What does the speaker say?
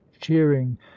cheering